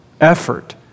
effort